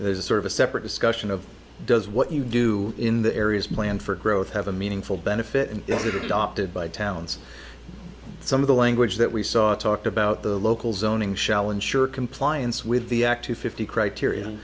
there's a sort of a separate discussion of does what you do in the areas planned for growth have a meaningful benefit and visited opted by towns some of the language that we saw talked about the local zoning shall ensure compliance with the act two fifty criteri